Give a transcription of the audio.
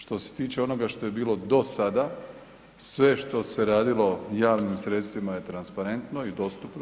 Što se tiče onoga što je bilo do sada, sve što se radilo javnim sredstvima je transparentno i dostupno.